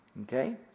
Okay